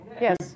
Yes